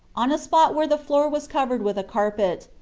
on a spot where the floor was covered with a carpet,